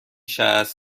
شصت